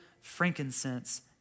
frankincense